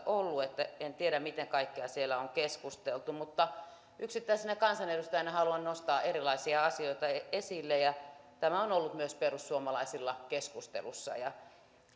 ollut niin että en tiedä mitä kaikkea siellä on keskusteltu mutta yksittäisenä kansanedustajana haluan nostaa erilaisia asioita esille ja tämä on ollut myös perussuomalaisilla keskustelussa ja